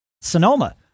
Sonoma